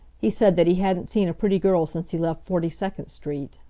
he said that he hadn't seen a pretty girl since he left forty-second street.